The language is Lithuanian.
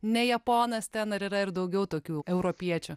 ne japonas ten yra ir daugiau tokių europiečių